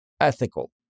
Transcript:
ethical